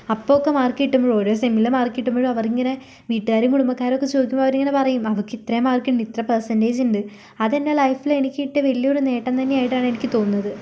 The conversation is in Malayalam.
അപ്പോഴൊക്കെ മാർക്ക് കിട്ടുമ്പോഴും ഓരോ സെമ്മിലെ മാർക്ക് കിട്ടുമ്പോഴും അവരിങ്ങനെ വീട്ടുകാരും കുടുംബക്കാരുമൊക്കെ ചോദിക്കുമ്പോൾ അവരിങ്ങനെ പറയും അവൾക്ക് ഇത്രയും മാർക്കുണ്ട് ഇത്ര പേഴ്സെൻ്റേജ് ഉണ്ട് അതെൻ്റെ ലൈഫില് എനിക്ക് കിട്ടിയ വല്യൊരു നേട്ടം തന്നെയായിട്ടാണ് എനിക്ക് തോന്നുന്നത്